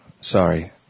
Sorry